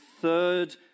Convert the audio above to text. third